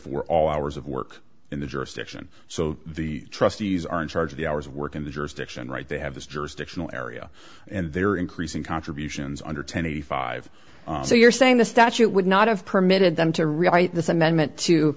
for all hours of work in the jurisdiction so the trustees are in charge of the hour's work and the jurisdiction right they have this jurisdictional area and they are increasing contributions under twenty five so you're saying the statute would not have permitted them to